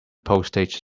postage